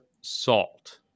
salt